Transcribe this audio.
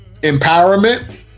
Empowerment